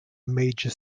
major